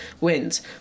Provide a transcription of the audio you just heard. wins